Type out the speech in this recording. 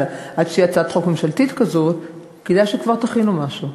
אבל עד שתהיה הצעת חוק ממשלתית כזאת כדאי שכבר תכינו משהו,